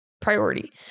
priority